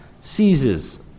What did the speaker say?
seizes